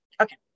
Okay